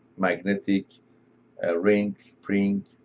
magnetic ah rings, springs,